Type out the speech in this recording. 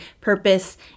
purpose